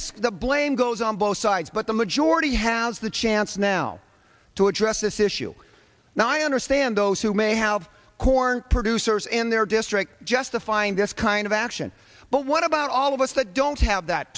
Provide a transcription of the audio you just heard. this the blame goes on both sides but the majority has the chance now to address this issue now i understand those who may have corn producers in their district justifying this kind of action but what about all of us that don't have that